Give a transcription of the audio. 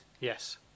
Yes